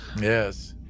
Yes